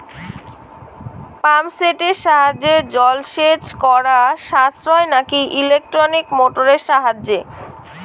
Pump সেটের সাহায্যে জলসেচ করা সাশ্রয় নাকি ইলেকট্রনিক মোটরের সাহায্যে?